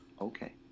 Okay